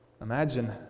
Imagine